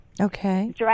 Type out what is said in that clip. Okay